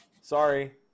sorry